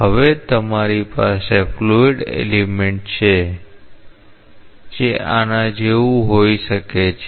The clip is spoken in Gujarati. હવે તમારી પાસે ફ્લુઇડ એલિમેન્ટ છે જે આના જેવું હોઈ શકે છે